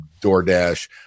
DoorDash